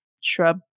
shrub